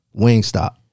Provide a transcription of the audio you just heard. Wingstop